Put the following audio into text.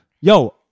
yo